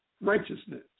righteousness